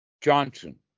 Johnson